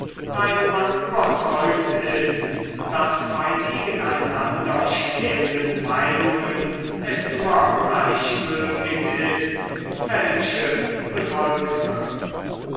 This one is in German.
weil man überzeugt ist daß bei gegeneinander stehenden meinungen es immer gleichgültig ist welche befolgt wird